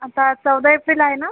आता चौदा एप्रिल आहे ना